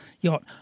yacht